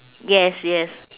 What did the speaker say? yes yes